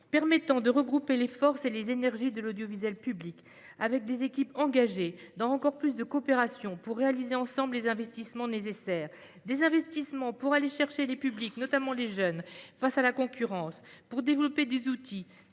permettra de regrouper les forces et les énergies de l'audiovisuel public, avec des équipes engagées dans des coopérations encore plus nombreuses, pour réaliser ensemble les investissements nécessaires. Ces investissements serviront à aller chercher les publics, notamment les jeunes, face à la concurrence, à développer des outils